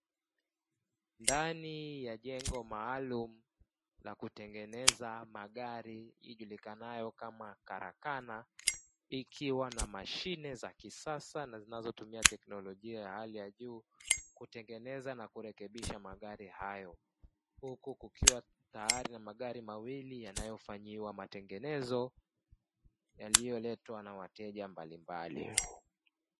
Ndani ya jengo maalumu la kutengeneza magari ijulikanayo kama karakana, ikiwa na mashine za kisasa na zinazotumia teknolojia ya hali ya juu kutengeneza na kurekebisha magari hayo, huku kukiwa tayari na magari mawili yanayofanyiwa matengenezo yaliyoletwa na wateja mbalimbali.